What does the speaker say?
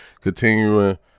continuing